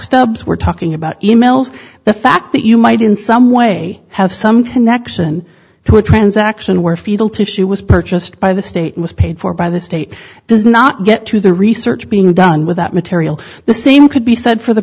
stubs we're talking about e mails the fact that you might in some way have some connection to a transaction fetal tissue was purchased by the state was paid for by the state does not get to the research being done with that material the same could be said for the